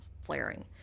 flaring